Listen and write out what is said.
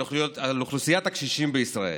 על אוכלוסיית הקשישים בישראל.